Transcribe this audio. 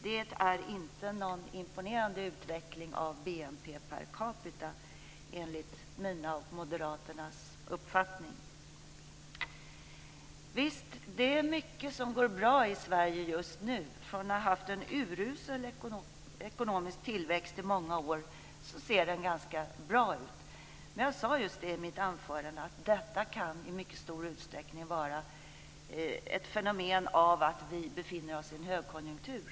Det är inte någon imponerande utveckling av BNP per capita enligt min och moderaternas uppfattning. Visst, det är mycket som går bra i Sverige just nu. Från att ha haft en urusel ekonomisk tillväxt i många år ser tillväxten nu ganska bra ut. Men jag sade i mitt anförande att det i stor utsträckning kan vara ett fenomen som beror på att vi befinner oss i en högkonjunktur.